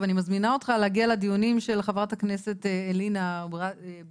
אני מזמינה אותך להגיע לדיונים של חברת הכנסת אלינה ברדץ',